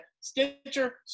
Stitcher